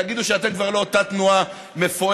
תגידו שאתם כבר לא אותה תנועה מפוארת,